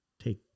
take